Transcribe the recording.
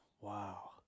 wow